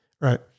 right